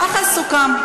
ככה סוכם.